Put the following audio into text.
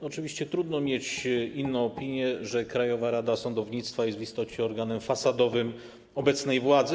Oczywiście trudno mieć inną opinię, że Krajowa Rada Sądownictwa jest w istocie organem fasadowym obecnej władzy.